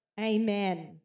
Amen